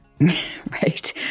Right